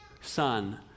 son